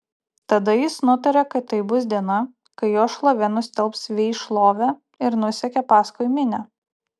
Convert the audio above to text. tada jis nutarė kad tai bus diena kai jo šlovė nustelbs vei šlovę ir nusekė paskui minią